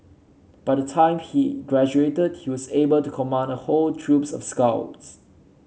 by the time he graduated he was able to command a whole troops of scouts